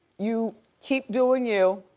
you keep doing you.